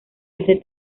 hace